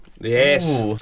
Yes